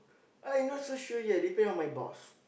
I'm not so sure yet depend on my boss